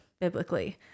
biblically